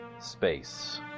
space